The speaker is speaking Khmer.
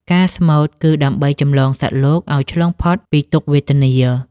ការស្មូត គឺដើម្បីចម្លងសត្វលោកឱ្យឆ្លងផុតពីទុក្ខវេទនា។